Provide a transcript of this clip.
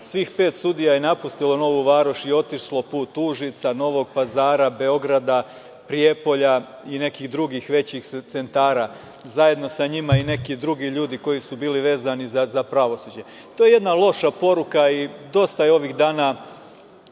svih pet sudija je napustilo Novu Varoš i otišlo put Užica, Novog Pazara, Beograda, Prijepolja i nekih drugih većih centara, zajedno sa njima i neki drugi ljudi koji su bili vezani za pravosuđe. To je jedna loša poruka. Dosta je ovih dana